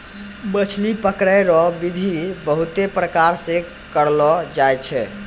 मछली पकड़ै रो बिधि बहुते प्रकार से करलो जाय छै